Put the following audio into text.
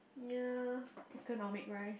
ya economic rice